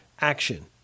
action